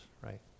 right